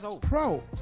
Pro